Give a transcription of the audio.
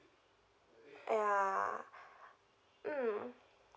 yeah mm